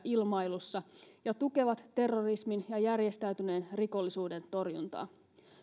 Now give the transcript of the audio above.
ilmailussa ja tukevat terrorismin ja järjestäytyneen rikollisuuden torjuntaa